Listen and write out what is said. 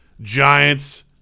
giants